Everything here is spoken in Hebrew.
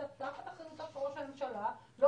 שנמצא תחת אחריותו של ראש הממשלה לא